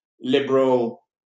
liberal